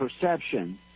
perception